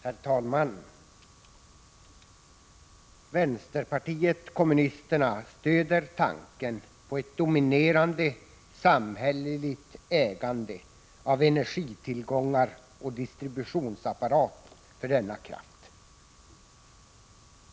Herr talman! Vänsterpartiet kommunisterna stöder tanken på ett dominerande samhälleligt ägande av energitillgångar och distributionsapparat för denna kraft.